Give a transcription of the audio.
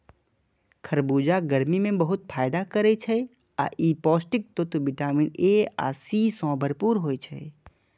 खरबूजा गर्मी मे बहुत फायदा करै छै आ ई पौष्टिक तत्व विटामिन ए आ सी सं भरपूर होइ छै